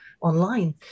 online